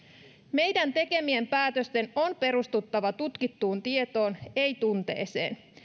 meidän tekemien päätösten on perustuttava tutkittuun tietoon ei tunteeseen